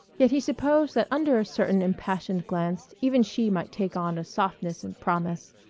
yet he supposed that under a certain impassioned glance even she might take on a softness and promise.